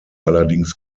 allerdings